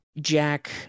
Jack